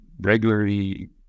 regularly